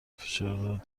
فشار